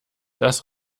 dass